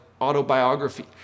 autobiography